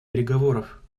переговоров